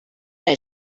then